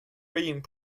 being